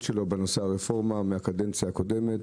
שלו בנושא הרפורמה מהקדנציה הקודמת.